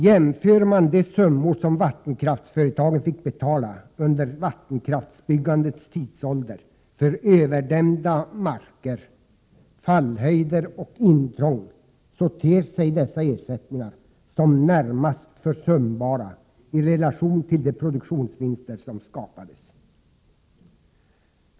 Jämför man de summor som vattenkraftsföretagen fick betala under vattenkraftsbyggandets tidsålder som ersättning för överdömda marker, fallhöjder och intrång, ter sig dessa ersättningar närmast försumbara i relation till de produktionsvinster som skapades.